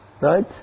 Right